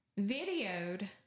videoed